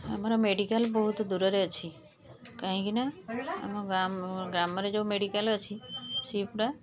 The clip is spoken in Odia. ଆମର ମେଡ଼ିକାଲ୍ ବହୁତ ଦୁରରେ ଅଛି କାହିଁକିନା ଆମ ଗାଁମ ଗ୍ରାମରେ ଯେଉଁ ମେଡ଼ିକାଲ୍ ଅଛି ସେଗୁଡ଼ା